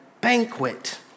banquet